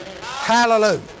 Hallelujah